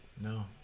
No